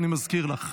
אינה נוכחת,